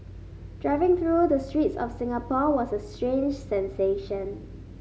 driving through the streets of Singapore was a strange sensation